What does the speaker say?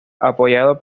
apoyado